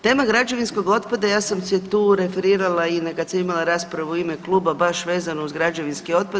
Tema građevinskog otpada, ja sam se tu referirala i na kad sam imala raspravu u ime kluba baš vezano uz građevinski otpad.